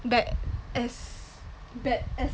bad ass bad ass